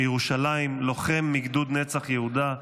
מירושלים, לוחם מגדוד נצח יהודה,